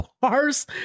bars